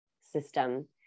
system